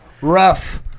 Rough